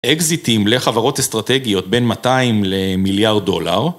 אקזיטים לחברות אסטרטגיות בין 200 למיליארד דולר.